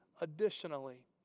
Additionally